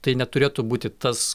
tai neturėtų būti tas